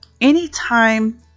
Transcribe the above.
anytime